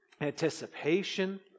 anticipation